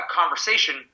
conversation